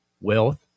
wealth